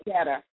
better